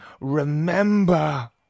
remember